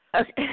Okay